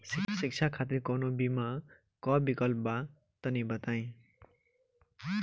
शिक्षा खातिर कौनो बीमा क विक्लप बा तनि बताई?